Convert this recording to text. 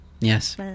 Yes